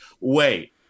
wait